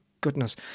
goodness